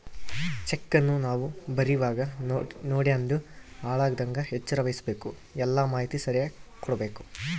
ಚೆಕ್ಕನ್ನ ನಾವು ಬರೀವಾಗ ನೋಡ್ಯಂಡು ಹಾಳಾಗದಂಗ ಎಚ್ಚರ ವಹಿಸ್ಭಕು, ಎಲ್ಲಾ ಮಾಹಿತಿ ಸರಿಯಾಗಿ ಕೊಡ್ಬಕು